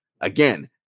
Again